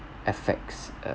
affects uh